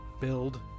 build